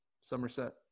Somerset